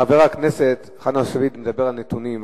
חבר הכנסת חנא סוייד מדבר על נתונים,